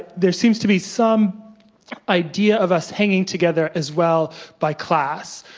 there seems to be some idea of us hanging together as well by class,